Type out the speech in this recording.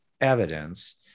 evidence